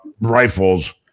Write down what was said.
rifles